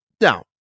now